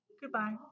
Goodbye